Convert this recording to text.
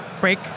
break